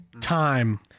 time